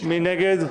מי נגד?